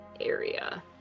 area